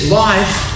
life